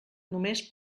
només